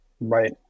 Right